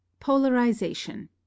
POLARIZATION